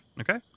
Okay